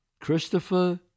Christopher